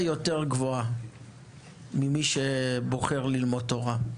אולי בדרגה רוחנית גבוהה יותר ממי שבוחר ללמוד תורה.